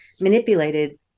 manipulated